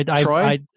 Troy